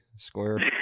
square